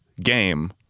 game